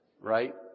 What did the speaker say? right